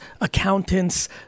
accountants